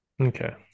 Okay